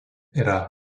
yra